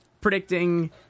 predicting